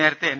നേരത്തെ എൻ